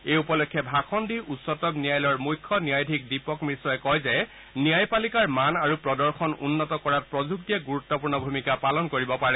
এই উপলক্ষে ভাষণ দি উচ্চতম ন্যায়ালয়ৰ মুখ্য ন্যায়াধীশ দীপক মিশ্ৰই কয় যে ন্যায়পালিকাৰ মান আৰু প্ৰদৰ্শন উন্নত কৰাত প্ৰযুক্তিয়ে গুৰুত্বপূৰ্ণ ভূমিকা পালন কৰিব পাৰে